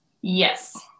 Yes